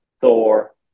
Thor